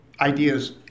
ideas